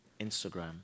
Instagram